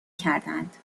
کردند